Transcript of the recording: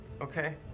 Okay